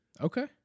Okay